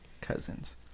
Cousins